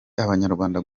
abanyarwanda